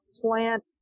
plant